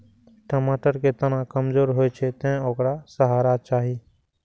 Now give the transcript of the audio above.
टमाटर के तना कमजोर होइ छै, तें ओकरा सहारा चाही